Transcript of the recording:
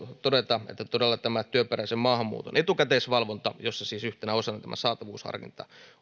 todeta että todella tämä työperäisen maahanmuuton etukäteisvalvonta jossa siis yhtenä osana tämä saatavuusharkinta